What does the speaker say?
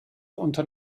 unter